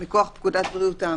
מכוח פקודת בריאות העם.